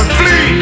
flee